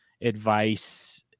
advice